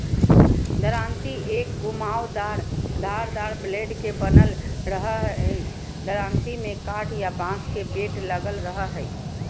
दरांती एक घुमावदार धारदार ब्लेड के बनल रहई हई दरांती में काठ या बांस के बेट लगल रह हई